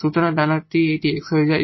সুতরাং ডান হাতটি এই x হয়ে যায়